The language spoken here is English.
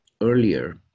earlier